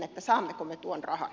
saammeko me tuon rahan